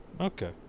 Okay